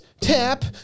tap